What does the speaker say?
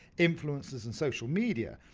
influencers and social media,